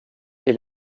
est